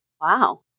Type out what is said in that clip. wow